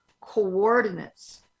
coordinates